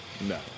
No